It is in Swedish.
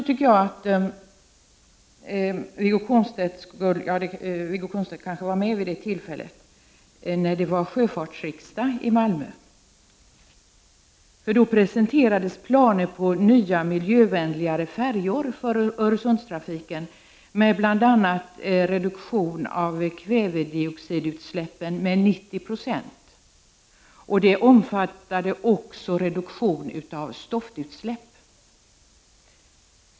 Wiggo Komstedt var kanske med när det var sjöfartsriksdag i Malmö. Då presenterades planer på nya, miljövänligare färjor för Öresundstrafiken med bl.a. reduktion av kvävedioxidutsläppen med 90 96, vilket också omfattade reduktion av stoftutsläpp.